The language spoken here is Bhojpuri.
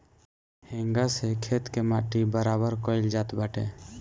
हेंगा से खेत के माटी बराबर कईल जात बाटे